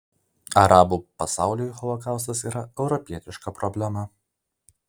arabų pasauliui holokaustas yra europietiška problema